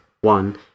one